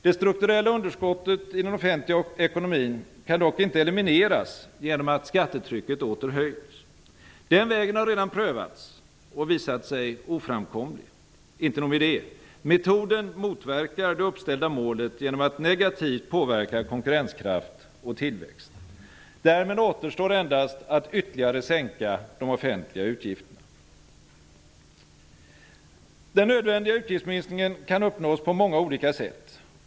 Det strukturella underskottet i den offentliga ekonomin kan dock inte elimineras genom att skattetrycket åter ökar. Den vägen har redan prövats och visat sig oframkomlig. Inte nog med det -- metoden motverkar det uppställda målet genom att negativt påverka konkurrenskraft och tillväxt. Därmed återstår endast att ytterligare minska de offentliga utgifterna. Den nödvändiga utgiftsminskningen kan uppnås på många olika sätt.